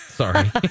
Sorry